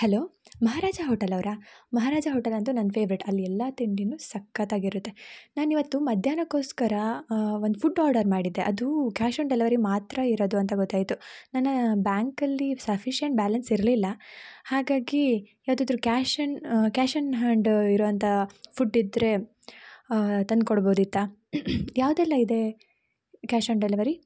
hello Maharaja hotel ಅವರ Maharaja hotel ಅಂತು ನನ್ನ ಫೆವ್ರೇಟ್ ಅಲ್ಲಿ ಎಲ್ಲ ತಿಂಡಿ ಸಕ್ಕತಾಗಿರುತ್ತೆ ನಾನು ಇವತ್ತು ಮಧ್ಯಾಹ್ನಕೋಸ್ಕರ ಒಂದು ಫುಡ್ ಆರ್ಡರ್ ಮಾಡಿದ್ದೆ ಅದು ಕ್ಯಾಶ್ ಆನ್ ಡೆಲವರಿ ಮಾತ್ರ ಇರೋದು ಅಂತ ಗೊತ್ತಾಯಿತು ನನ್ನ ಬ್ಯಾಂಕಲ್ಲಿ ಸಫಿಶಿಯೆಂಟ್ ಬ್ಯಾಲೆನ್ಸ್ ಇರಲಿಲ್ಲ ಹಾಗಾಗಿ ಯಾವ್ದಾದ್ರು ಕ್ಯಾಶನ್ ಕ್ಯಾಶನ್ ಹ್ಯಾಂಡ್ ಇರುವಂಥ ಫುಡ್ ಇದ್ರೆ ತಂದು ಕೊಡ್ಬೌದಿತ್ತಾ ಯಾವುದೆಲ್ಲ ಇದೆ ಕ್ಯಾಶ್ ಆನ್ ಡೆಲವರಿ